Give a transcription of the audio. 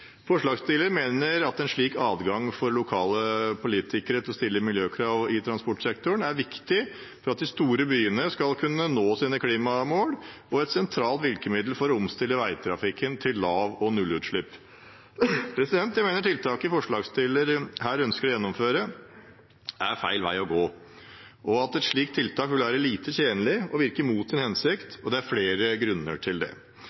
Forslagsstillerne mener at en slik adgang for lokale politikere til å stille miljøkrav i transportsektoren er viktig for at de store byene skal kunne nå sine klimamål, og et sentralt virkemiddel for å omstille veitrafikken til lav- og nullutslipp. Jeg mener tiltaket forslagsstillerne her ønsker å gjennomføre, er feil vei å gå, og at et slikt tiltak vil være lite tjenlig og virke mot sin hensikt. Det er flere grunner til det.